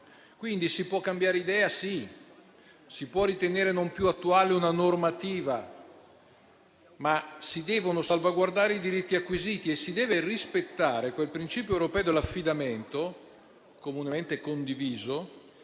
Pertanto si può cambiare idea, si può ritenere non più attuale una normativa, ma si devono salvaguardare i diritti acquisiti e si deve rispettare quel principio europeo dell'affidamento comunemente condiviso,